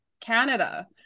Canada